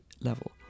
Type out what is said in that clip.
level